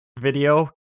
video